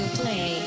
play